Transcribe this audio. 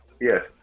yes